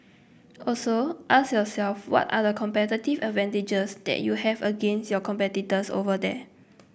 also ask yourself what are the competitive advantages that you have against your competitors over there